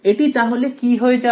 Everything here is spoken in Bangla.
এটি তাহলে কি হয়ে যাবে